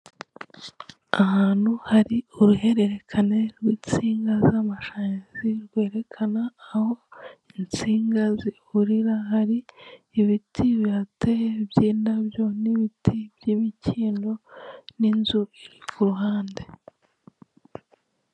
Ahantu hari uruhererekane rw'insinga z'amashanyarazi rwerekana aho insinga zihurira hari ibiti bihate by'indabyo n'ibiti by'imikindo n'inzu iri ku ruhande.